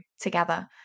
together